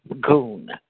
goon